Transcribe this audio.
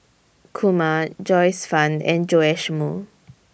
Kumar Joyce fan and Joash Moo